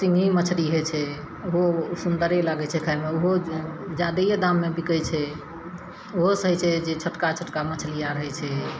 सिङ्गही मछरी हइ छै ओहो सुन्दरे लागै छै खायमे ओहो जादैए दाममे बिकै छै ओहो सही छै जे छोटका छोटका मछली आर हइ छै